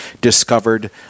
discovered